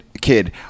kid